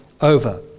over